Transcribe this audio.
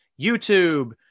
YouTube